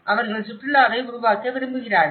அவர்கள் சுற்றுலாவை உருவாக்க விரும்புகிறார்கள்